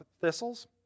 thistles